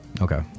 Okay